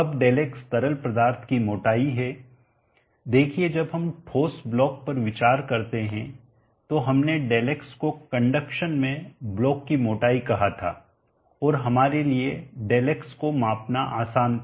अब Δx तरल पदार्थ की मोटाई है देखिए जब हम ठोस ब्लॉक पर विचार करते हैं तो हमने Δx को कंडक्शन में ब्लॉक की मोटाई कहा था और हमारे लिए Δx को मापना आसान था